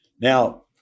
Now